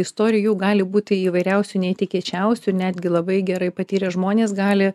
istorijų gali būti įvairiausių netikėčiausių netgi labai gerai patyrę žmonės gali